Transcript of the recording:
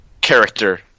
character